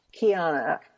Kiana